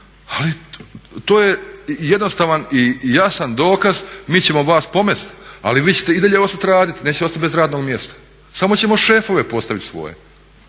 ali to je jednostavan i jasan dokaz, mi ćemo vas pomest ali vi ćete i dalje ostati raditi, nećete ostat bez radnog mjesta, samo ćemo šefove postavit svoje.